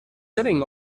sitting